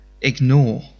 ignore